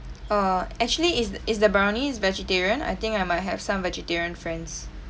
err actually is is the brownies vegetarian I think I might have some vegetarian friends